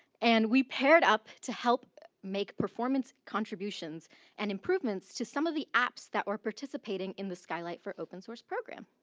and we paired up to help make performance contributions and improvements to some of the apps that were participating in the skylight for open-source program.